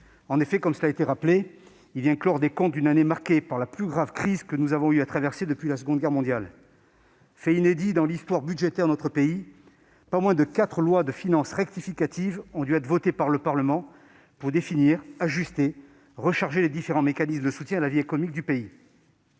En effet, il vient clore les comptes d'une année marquée par la plus grave crise que nous ayons eu à traverser depuis la Seconde Guerre mondiale. Fait inédit dans l'histoire budgétaire de notre pays, pas moins de quatre lois de finances rectificatives ont dû être votées par le Parlement pour définir, ajuster, puis recharger les différents mécanismes de soutien à la vie économique du pays.